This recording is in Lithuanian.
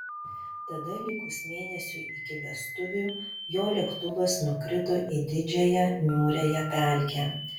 tada likus mėnesiui iki vestuvių jo lėktuvas nukrito į didžiąją niūriąją pelkę